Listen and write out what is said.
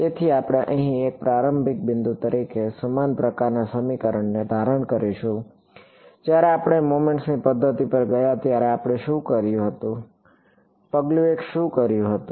તેથી આપણે અહીં એક પ્રારંભિક બિંદુ તરીકે સમાન પ્રકારના સમીકરણને ધારણ કરીશું જ્યારે આપણે મોમેન્ટ્સ ની પદ્ધતિ પર ગયા ત્યારે આપણે શું કર્યું પગલું 1 શું હતું